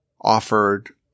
offered